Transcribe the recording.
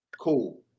Cool